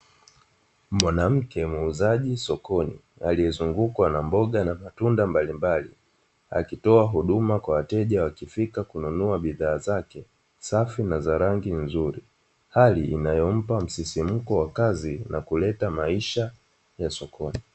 Mwanamke muuzaji sokoni aliyezungukwa na mboga na matunda mbalimbali, akitoa huduma kwa wateja wakifika na kununua bidhaa zake safi na za rangi nzuri, hali inayompa msisimko wa kazi na kuleta maisha ya sokoni.